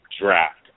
draft